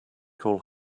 call